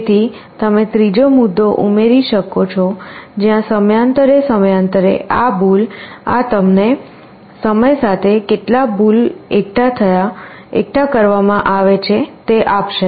તેથી તમે ત્રીજો મુદ્દો ઉમેરી શકો છો જ્યાં સમયાંતરે સમયાંતરે આ ભૂલ આ તમને સમય સાથે કેટલા ભૂલ એકઠા કરવામાં આવે છે તે આપશે